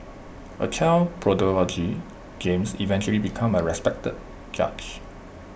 A child prodigy James eventually became A respected judge